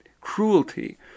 cruelty